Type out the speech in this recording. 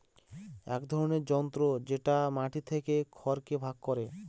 এক ধরনের যন্ত্র যেটা মাটি থেকে খড়কে ভাগ করে